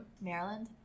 Maryland